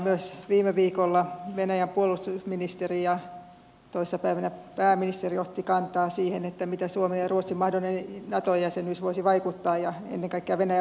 myös viime viikolla venäjän puolustusministeri ja toissa päivänä pääministeri otti kantaa siihen mitä suomen ja ruotsin mahdollinen nato jäsenyys voisi vaikuttaa ennen kaikkea venäjän varautumiseen